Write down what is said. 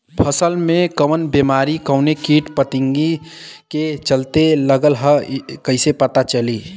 फसल में कवन बेमारी कवने कीट फतिंगा के चलते लगल ह कइसे पता चली?